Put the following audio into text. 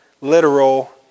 literal